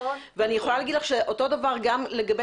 אני יכולה להגיד לך שאותו דבר גם לגבי